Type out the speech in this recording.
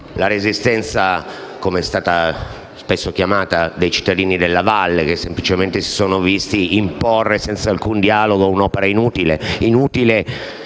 resistenza - come è stata spesso chiamata - dei cittadini della valle, che semplicemente si sono visti imporre senza alcun dialogo un'opera inutile,